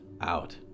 out